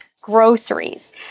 groceries